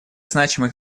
значимых